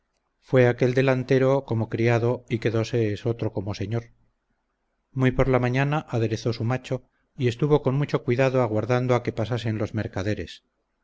fuese aquel delantero como criado y quedóse esotro como señor muy por la mañana aderezó su macho y estuvo con mucho cuidado aguardando a que pasasen los mercaderes